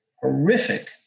horrific